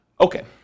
Okay